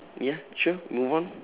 ya sure move on